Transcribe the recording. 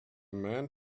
man